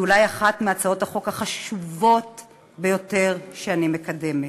היא אולי אחת מהצעות החוק החשובות ביותר שאני מקדמת.